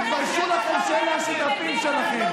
אנחנו העלינו, תתביישו לכם שאלה השותפים שלכם.